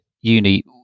uni